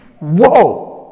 Whoa